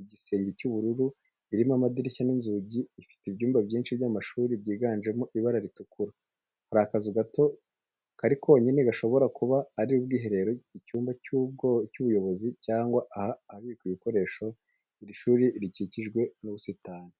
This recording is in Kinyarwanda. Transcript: igisenge cy'ubururu, irimo amadirishya n'inzugi ifite ibyumba byinshi by'amashuri byiganjemo ibara ritukura, hari akazu gato kari konyine gashobora kuba ari ubwiherero, icyumba cy’ubuyobozi, cyangwa ahabikwa ibikoresho. Iri shuri rikikijwe n'ubusitani.